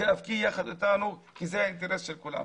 תיאבקי יחד איתנו כי זה האינטרס של כולנו.